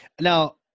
Now